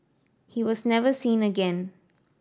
he was never seen again